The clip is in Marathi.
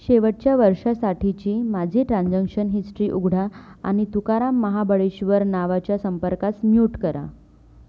शेवटच्या वर्षासाठीची माझे ट्रान्झंक्शन हिस्टरी उघडा आणि तुकाराम महाबळेश्वर नावाच्या संपर्कास म्यूट करा